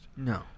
No